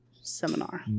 seminar